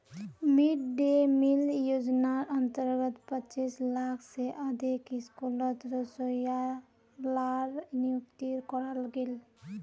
mid day meal योज्नार अंतर्गत पच्चीस लाख से अधिक स्कूलोत रोसोइया लार नियुक्ति कराल गेल